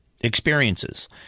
experiences